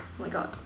my God